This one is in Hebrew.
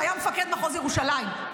שהיה מפקד מחוז ירושלים.